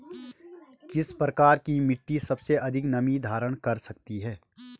किस प्रकार की मिट्टी सबसे अधिक नमी धारण कर सकती है?